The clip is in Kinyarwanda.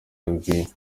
n’amajwi